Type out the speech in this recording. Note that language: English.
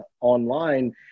online